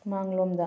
ꯃꯥꯡꯂꯣꯝꯗ